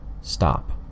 stop